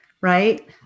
Right